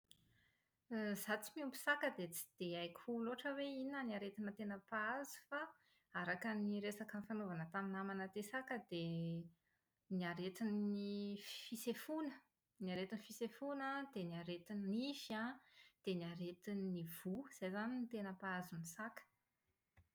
Izaho tsy miompy saka dia tsy dia haiko loatra hoe inona ny aretina tena mpahazo fa araka ny resaka nifanaovana tamin’ny namana tia saka dia ny aretin’ny fisefoana, ny aretin’ny fisefoana an dia ny areti-nify an dia ny aretin’ny voa, izay izany no tena mpahazo ny saka.